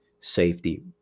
safety